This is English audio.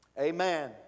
Amen